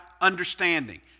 understanding